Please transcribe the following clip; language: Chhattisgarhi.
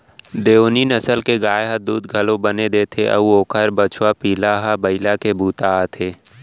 देओनी नसल के गाय ह दूद घलौ बने देथे अउ ओकर बछवा पिला ह बइला के बूता आथे